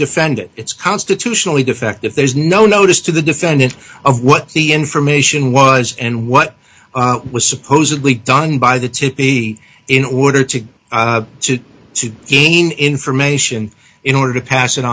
defendant it's constitutionally defective there's no notice to the defendant of what the information was and what was supposedly done by the tipi in order to to to gain information in order to pass it